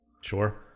Sure